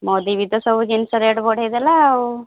ମୋଦୀ ବି ତ ସବୁ ଜିନିଷ ରେଟ୍ ବଢ଼ାଇ ଦେଲା